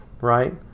right